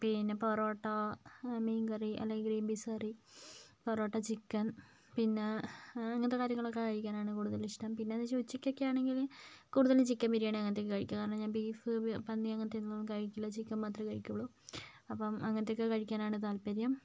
പിന്നെ പൊറോട്ട മീൻകറി അല്ലെങ്കിൽ ഗ്രീൻ പീസ് കറി പൊറോട്ട ചിക്കൻ പിന്നെ ഇങ്ങനത്തെ കാര്യങ്ങളൊക്കെ കഴിക്കാനാണ് കൂടുതൽ ഇഷ്ടം പിന്നെയെന്ന് വെച്ചാൽ ഉച്ചക്കൊക്കെയാണെങ്കിൽ കൂടുതലും ചിക്കൻ ബിരിയാണി അങ്ങനത്തെയൊക്കെയാണ് കഴിക്കുക കാരണം ഞാൻ ബീഫ് പന്നി അങ്ങനത്തെയൊന്നും കഴിക്കില്ല ചിക്കൻ മാത്രമേ കഴിക്കുകയുള്ളു അപ്പം അങ്ങനത്തെയൊക്കെ കഴിക്കാനാണ് താത്പര്യം